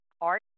art